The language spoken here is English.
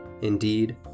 Indeed